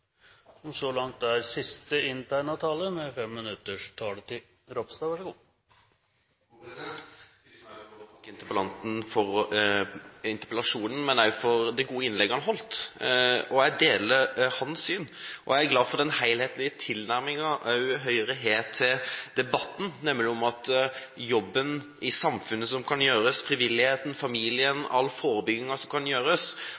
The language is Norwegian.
til å takke interpellanten for interpellasjonen og for det gode innlegget han holdt. Jeg deler hans syn, og jeg er glad for den helhetlige tilnærmingen Høyre har til debatten, når det gjelder jobben i samfunnet – frivilligheten, familien – som kan gjøres, all forebyggingen som kan gjøres,